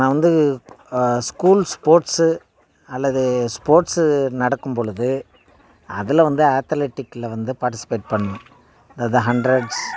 நான் வந்து school sports அல்லது ஸ்போர்ட்ஸு நடக்கும் பொழுது அதில் வந்து ஆத்லேட்டிக்கில் வந்து பார்டிஸிபேட் பண்ணிணேன் அதாவது ஹண்ட்ரட்ஸ்